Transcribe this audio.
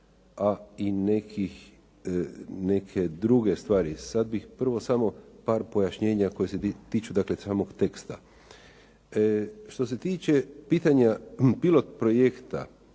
a i neke druge stvari. Sad bih prvo samo par pojašnjenja koja se tiču dakle samog teksta. Što se tiče pitanja pilot projekta